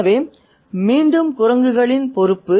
எனவே மீண்டும் குரங்குகளின் பொறுப்பு